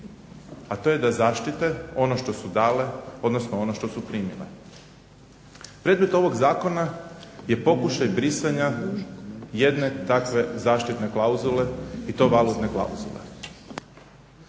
a to je da zaštite ono što su dale, odnosno ono što su primile. Predmet ovog zakona je pokušaj brisanja jedne takve zaštitne klauzule i to valutne klauzule.